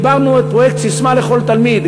חיברנו את פרויקט "ססמה לכל תלמיד".